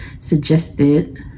suggested